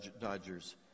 Dodgers